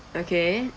okay